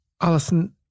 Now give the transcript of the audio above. Alison